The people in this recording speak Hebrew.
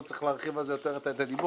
לא צריך להרחיב על כך את הדיבור.